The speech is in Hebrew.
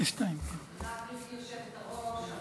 גברתי היושבת-ראש.